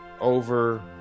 over